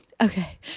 okay